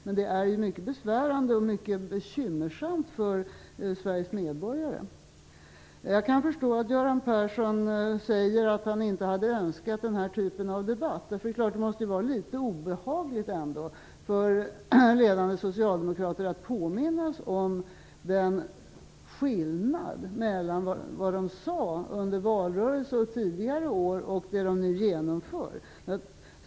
Däremot är den mycket besvärande och bekymmersam för Sveriges medborgare. Jag kan förstå att Göran Persson säger att han inte hade önskat denna typ av debatt. Det måste naturligtvis ändå vara litet obehagligt för ledande socialdemokrater att påminnas om skillnaden mellan vad de sagt under valrörelsen och tidigare i år och det som de nu genomför.